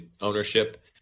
ownership